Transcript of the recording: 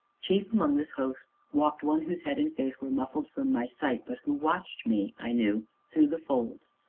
chief among this host walked one whose head and face were muffled from my sight, but who watched me, i knew, through the folds,